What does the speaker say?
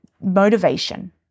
motivation